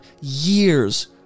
years